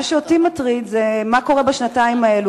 מה שאותי מטריד זה מה קורה בשנתיים האלה.